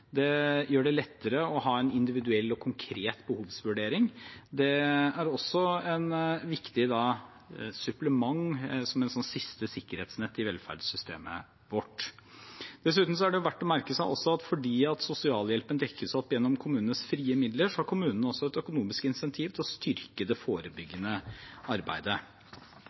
Det gjør det lettere å ha en individuell og konkret behovsvurdering. Det er også et viktig supplement som et siste sikkerhetsnett i velferdssystemet vårt. Dessuten er det verdt å merke seg at fordi sosialhjelpen dekkes opp gjennom kommunenes frie midler, har kommunene også et økonomisk insentiv til å styrke det forebyggende arbeidet.